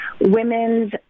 women's